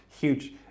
huge